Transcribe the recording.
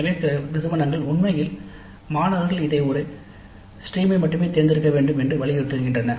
எனவே சில நிறுவனங்கள் உண்மையில் மாணவர்கள் இதை ஒரு ஸ்ட்ரீமில் மட்டுமே தேர்ந்தெடுக்க வேண்டும் என்று வலியுறுத்துகின்றன